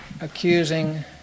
accusing